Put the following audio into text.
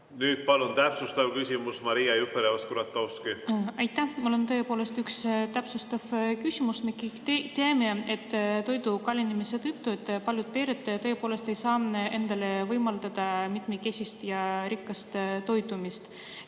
Nüüd palun täpsustav küsimus, Maria Jufereva-Skuratovski! Aitäh! Mul on tõepoolest üks täpsustav küsimus. Me kõik teame, et toidu kallinemise tõttu paljud pered ei saa endale võimaldada mitmekesist ja rikkalikku toitumist.